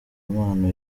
impano